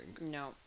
no